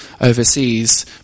overseas